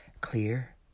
clear